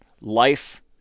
life